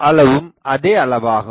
அளவும் அதே அளவாகும்